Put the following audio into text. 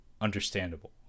understandable